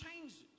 changes